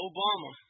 Obama